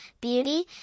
beauty